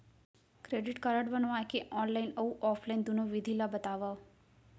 Credit card बनवाए के online अऊ ऑफलाइन दुनो विधि ला बतावव?